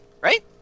Right